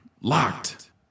Locked